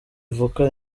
ivuka